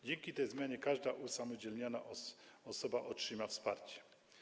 Dzięki tej zmianie każda usamodzielniana osoba otrzyma wsparcie.